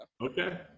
Okay